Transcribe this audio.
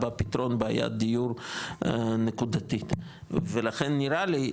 בפתרון בעיית דיור נקודתית ולכן נראה לי,